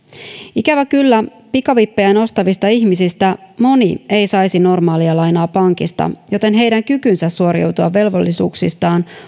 ikävä kyllä pikavippejä nostavista ihmisistä moni ei saisi normaalia lainaa pankista joten heidän kykynsä suoriutua velvollisuuksistaan